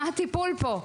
מה הטיפול פה?